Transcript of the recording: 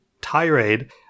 tirade